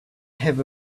have